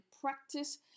practice